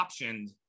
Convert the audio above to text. optioned